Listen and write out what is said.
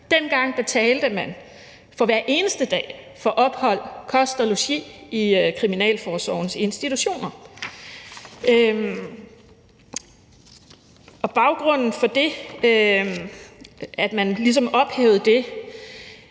Dengang betalte man hver eneste dag for ophold, kost og logi i kriminalforsorgens institutioner, og baggrunden for, at vi ligesom ophævede det,